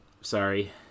sorry